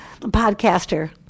podcaster